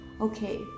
okay